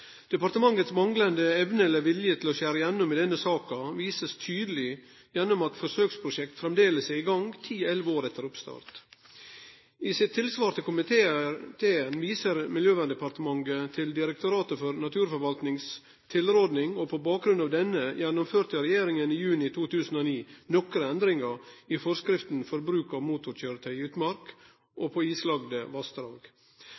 Departementets manglande evne eller vilje til å skjere igjennom i denne saka blir vist tydeleg gjennom at forsøksprosjekt framleis er i gang, ti–elleve år etter oppstart. I sitt tilsvar til komiteen viser Miljøverndepartementet til Direktoratet for naturforvaltnings tilråding. På bakgrunn av denne gjennomførte regjeringa i juni 2009 nokre endringar i forskrifta for bruk av motorkjøretøy i utmark